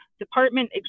department